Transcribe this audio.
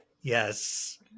yes